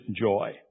joy